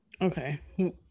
Okay